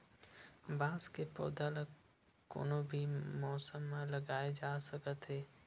बांस के पउधा ल कोनो भी मउसम म लगाए जा सकत हे